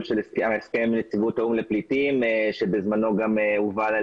של הסכם נציבות האו"מ לפליטים שבזמנו גם הובל על